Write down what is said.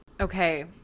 Okay